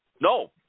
No